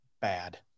bad